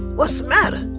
what's the matter?